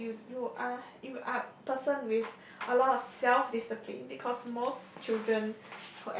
I guess you you are you are a people with a lot of self discipline because most children